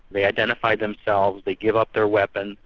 they identify themselves, they give up their weapons,